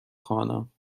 خوانم